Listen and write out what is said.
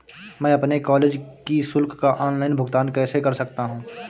मैं अपने कॉलेज की शुल्क का ऑनलाइन भुगतान कैसे कर सकता हूँ?